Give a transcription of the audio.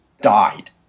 died